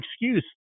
excuse